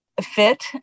Fit